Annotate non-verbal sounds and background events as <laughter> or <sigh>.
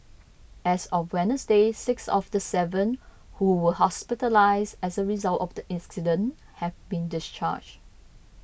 as of winners day six of the seven who were hospitalised as a result of the <unintelligible> have been discharged